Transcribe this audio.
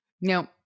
No